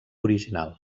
original